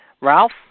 Ralph